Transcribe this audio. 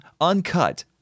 uncut